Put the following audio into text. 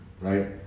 right